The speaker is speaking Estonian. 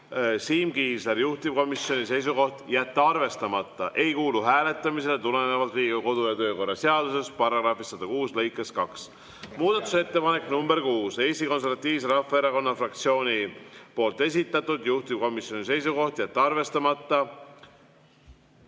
Siim Kiislerilt, juhtivkomisjoni seisukoht on jätta arvestamata, ei kuulu hääletamisele tulenevalt Riigikogu kodu‑ ja töökorra seaduse § 106 lõikest 2. Muudatusettepanek nr 6, Eesti Konservatiivse Rahvaerakonna fraktsiooni esitatud, juhtivkomisjoni seisukoht on jätta arvestamata.